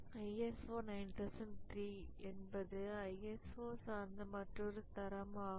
ISO 9003 என்பது ISO சார்ந்த மற்றுமொரு தரம் ஆகும்